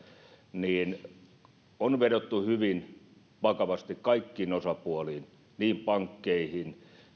että on vedottu hyvin vakavasti kaikkiin osapuoliin niin pankkeihin